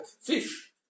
Fish